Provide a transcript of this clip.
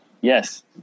Yes